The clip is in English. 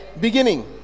beginning